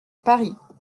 paris